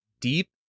deep